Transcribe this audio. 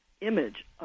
image